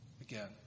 again